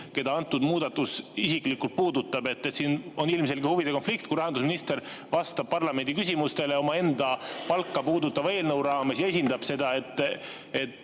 keda muudatus isiklikult puudutab. Siin on ilmselge huvide konflikt, kui rahandusminister vastab parlamendi küsimustele omaenda palka puudutava eelnõu raames ja esitleb seda.